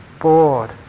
bored